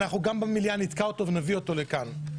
אנחנו גם במליאה נתקע אותו ונביא אותו לכאן.